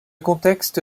contexte